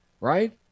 right